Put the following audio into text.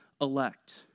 elect